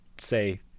say